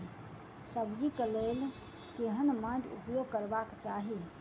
सब्जी कऽ लेल केहन माटि उपयोग करबाक चाहि?